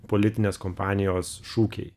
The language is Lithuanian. politinės kompanijos šūkiai